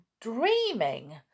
dreaming